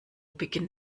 beginnt